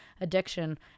addiction